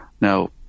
Now